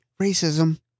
Racism